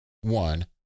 one